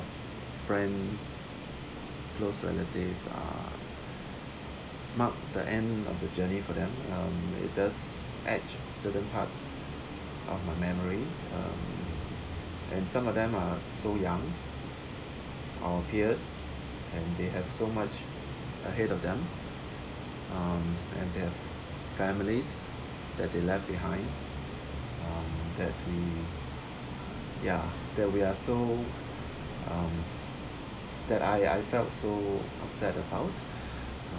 friends close relatives uh mark the end of the journey for them um it does add certain part of my memory um and some of them are so young of years and they have so much ahead of them um and they have families that they left behind um that the ya that we are so um that I I felt so upset about